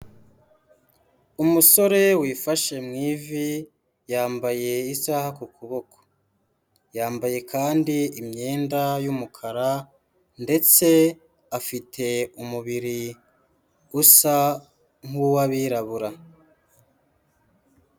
Umusore wifashe mu ivi, yambaye isaha ku kuboko. Yambaye kandi imyenda y'umukara, ndetse afite umubiri, usa nk'uw'abirabura.